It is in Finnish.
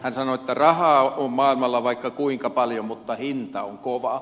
hän sanoi että rahaa on maailmalla vaikka kuinka paljon mutta hinta on kova